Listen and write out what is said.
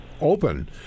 open